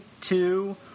two